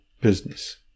business